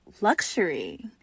luxury